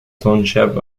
township